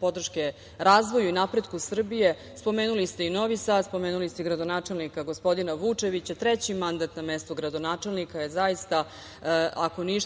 podrške razvoju i napretku Srbije. Spomenuli ste i Novi Sad, spomenuli ste i gradonačelnika gospodina Vučevića. Treći mandat na mestu gradonačelnika je zaista, ako ništa